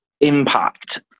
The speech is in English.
impact